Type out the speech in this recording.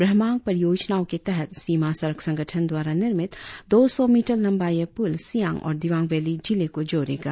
ब्रह्मांक परियोजनाओं के तहत सीमा सड़क संगठन द्वारा निर्मित दो सौ मीटर लंबा यह पूल सियांग और दिवांग वैली जिले को जोड़ेगा